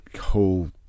whole